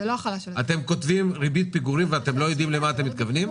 אתם כותבים "ריבית פיגורים" ואתם לא יודעים למה אתם מתכוונים?